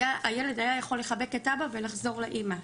הילד היה יכול לחבק את אבא ולחזור לאימא.